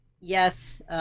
yes